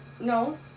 No